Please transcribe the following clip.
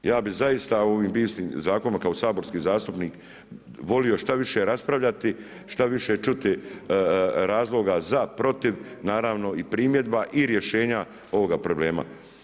Ja bih zaista ovim bisnim zakonima kao saborski zastupnik volio šta više raspravljati, šta više čuti razloga za, protiv, naravno i primjedba i rješenja ovoga problema.